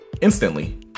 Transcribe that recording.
instantly